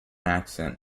accent